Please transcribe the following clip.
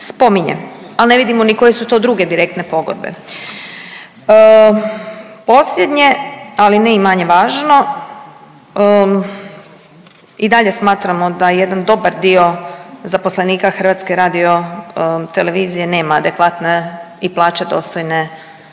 spominje, ali ne vidimo ni koje su druge direktne pogodbe. Posljednje, ali ne i manje važno i dalje smatramo da jedan dobar dio zaposlenika HRT-a nema adekvatne i plaće dostojne,